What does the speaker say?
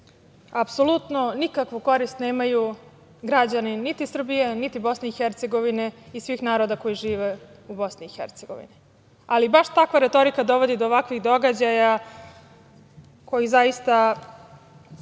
apsolutno nikakvu korist nemaju građani niti Srbije, niti Bosne i Hercegovine i svih naroda koji žive u Bosni i Hercegovini. Ali baš takva retorika dovodi do ovakvih događaja koji zaista